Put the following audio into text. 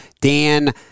Dan